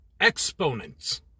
exponents